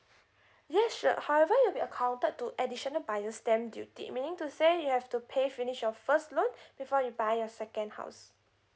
yeah sure however you'll be accounted to additional buyer stamp duty meaning to say you have to pay finish your first loan before you buy your second house